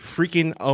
Freaking